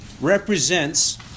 represents